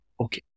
Okay